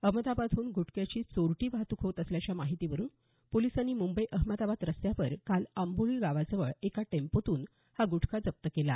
अहमदाबादहून ग्टख्याची चोरटी वाहतुक होत असल्याच्या माहितीवरून पोलिसांनी मुंबई अहमदाबाद रस्त्यावर काल आंबोळी गावाजवळ एका टॅम्पोतून हा गुटखा जप्त केला